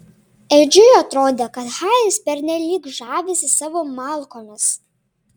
edžiui atrodė kad haris pernelyg žavisi savo malkomis